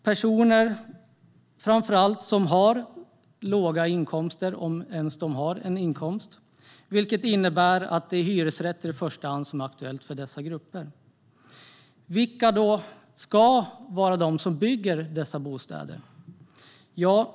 Det är personer som har låga inkomster, om de ens har någon inkomst, vilket innebär att det i första hand är hyresrätter som är aktuella för dessa grupper. Vilka ska då vara de som bygger dessa bostäder?